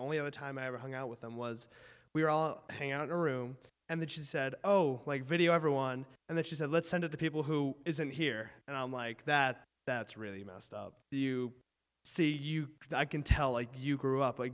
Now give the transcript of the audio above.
only other time i ever hung out with them was we were all hanging out in a room and then she said oh like video everyone and then she said let's turn to the people who isn't here and i'm like that that's really messed up you see you know i can tell you grew up like